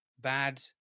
bad